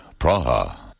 Praha